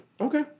Okay